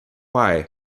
why